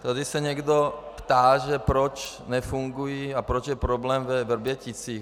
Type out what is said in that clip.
Tady se někdo ptá, že proč nefungují, a proč je problém ve Vrběticích.